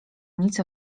nic